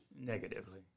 negatively